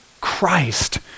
Christ